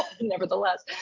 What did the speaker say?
Nevertheless